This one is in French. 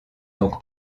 donc